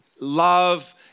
love